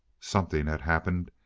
something had happened,